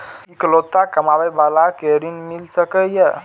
इकलोता कमाबे बाला के ऋण मिल सके ये?